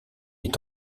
est